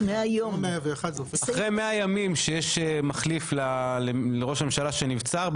אחרי 100 ימים שיש מחליף לראש הממשלה שנבצר,